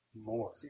more